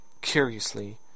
Curiously